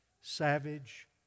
savage